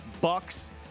Bucks